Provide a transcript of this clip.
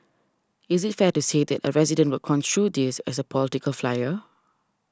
is it fair to say that a resident will construe this as a political flyer